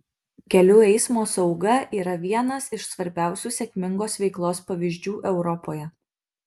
kelių eismo sauga yra vienas iš svarbiausių sėkmingos veiklos pavyzdžių europoje